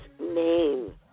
name